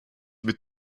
mit